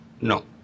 No